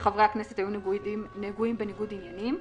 ושחברי הכנסת היו נגועים בניגוד עניינים.